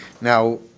now